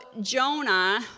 Jonah